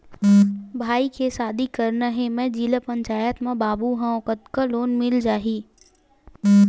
भाई के शादी करना हे मैं जिला पंचायत मा बाबू हाव कतका लोन मिल जाही?